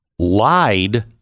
lied